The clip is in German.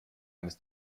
eines